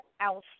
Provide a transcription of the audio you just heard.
outside